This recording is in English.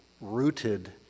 rooted